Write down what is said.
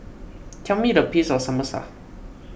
tell me the peace of Samosa